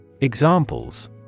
Examples